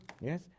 Yes